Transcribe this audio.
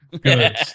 Good